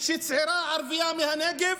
שצעירה ערבייה מהנגב,